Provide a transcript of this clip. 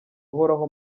uhoraho